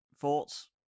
thoughts